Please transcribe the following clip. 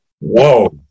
whoa